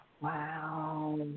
Wow